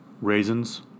raisins